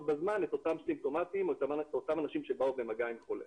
בזמן את אותם סימפטומטיים או את אותם אנשים שבאו במגע עם חולה.